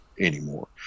anymore